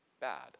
bad